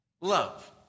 love